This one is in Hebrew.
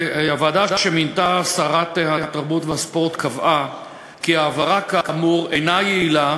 הוועדה שמינתה שרת התרבות והספורט קבעה כי העברה כאמור אינה יעילה,